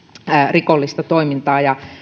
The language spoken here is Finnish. rikollista toimintaa